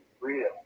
real